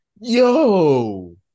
yo